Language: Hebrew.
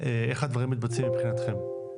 איך הדברים מתבצעים מבחינתכם.